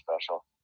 special